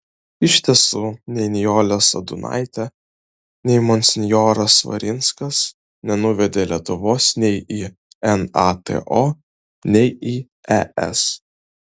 iš tiesų nei nijolė sadūnaitė nei monsinjoras svarinskas nenuvedė lietuvos nei į nato nei į es